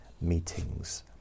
meetings